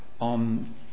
on